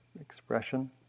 expression